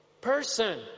person